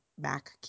Mac